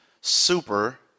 super